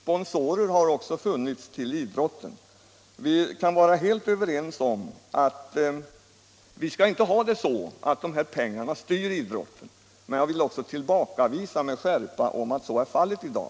Sponsorer har också funnits inom idrotten. Vi kan vara helt överens om att vi inte skall ha det så att reklampengar styr idrotten, men jag vill med skärpa tillbakavisa påståenden om att så är fallet i dag.